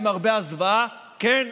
למרבה הזוועה: כן,